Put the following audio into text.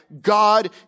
God